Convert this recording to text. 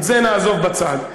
את זה נעזוב בצד.